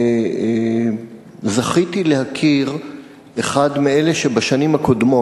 זכיתי להכיר אחד מאלה שבשנים הקודמות,